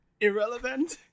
irrelevant